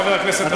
חבר הכנסת גטאס.